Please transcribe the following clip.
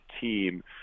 team